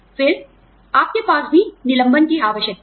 फिर आपके पास भी निलंबन की आवश्यकता है